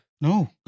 No